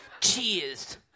Cheers